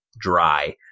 dry